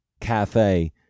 Cafe